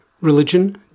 religion